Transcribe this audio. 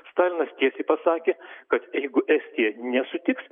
stalinas tiesiai pasakė kad jeigu estija nesutiks